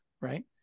Right